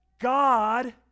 God